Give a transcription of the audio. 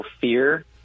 fear